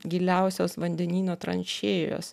giliausios vandenyno tranšėjos